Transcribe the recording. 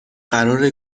قرار